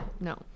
no